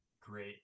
great